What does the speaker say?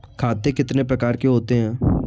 खाते कितने प्रकार के होते हैं?